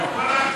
אתמול?